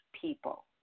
people